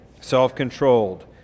self-controlled